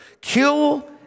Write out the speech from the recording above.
kill